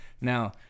now